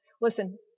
Listen